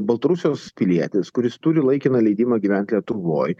baltarusijos pilietis kuris turi laikiną leidimą gyvent lietuvoj